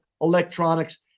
electronics